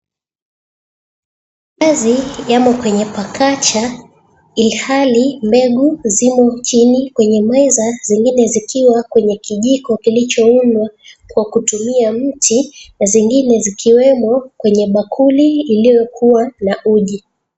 Nazi yamo kwenye pakacha ilhali mbegu zimo chini kwenye meza, zingine zikiwa kijiko kilichoundwa kwa kutumia mti na zingine zikiwemo kwenye bakuli ilikua na uji.